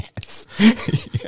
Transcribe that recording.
yes